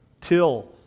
till